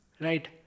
Right